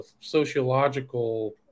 sociological